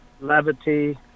levity